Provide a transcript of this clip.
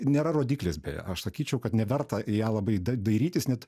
nėra rodiklis beje aš sakyčiau kad neverta į ją labai da dairytis net